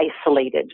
isolated